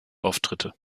auftritte